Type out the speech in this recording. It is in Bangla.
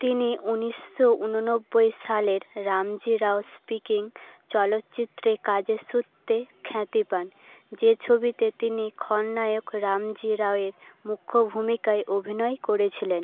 তিনি ঊনিশশো ঊনব্বই সালের রামজি রাও স্পিকিং চলচ্চিত্রে কাজের সূত্রে খ্যাতি পান যে ছবিতে তিনি খলনায়ক রামজি রাওয়ের মুখ্য ভূমিকায় অভিনয় করেছিলেন